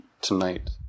tonight